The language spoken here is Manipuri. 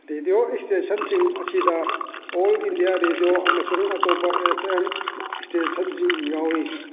ꯔꯦꯗꯤꯌꯣ ꯏꯁꯇꯦꯁꯟꯁꯤꯡ ꯑꯁꯤꯗ ꯑꯣꯜ ꯏꯟꯗꯤꯌꯥ ꯔꯦꯗꯤꯌꯣ ꯑꯃꯁꯨꯉ ꯑꯇꯣꯞꯄ ꯑꯦ ꯐꯦꯝ ꯏꯁꯇꯦꯁꯟꯁꯤꯡ ꯌꯥꯎꯏ